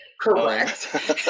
correct